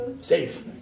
safe